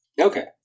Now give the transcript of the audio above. Okay